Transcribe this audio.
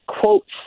quotes